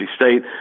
State